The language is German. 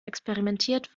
experimentiert